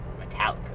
Metallica